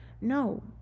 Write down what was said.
No